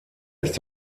ist